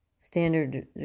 standard